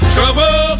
Trouble